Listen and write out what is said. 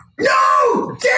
No